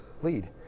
lead